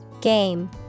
Game